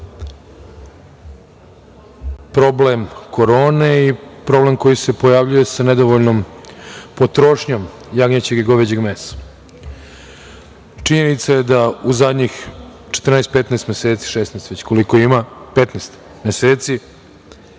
problem korone i problem koji se pojavljuje sa nedovoljnom potrošnjom jagnjećeg i goveđeg mesa. Činjenica je da u zadnjih 14. 15 meseci, 16, već koliko, zbog